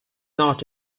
not